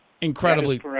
incredibly